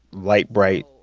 light, bright,